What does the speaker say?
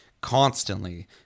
constantly